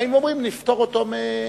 באים ואומרים: נפטור אותו.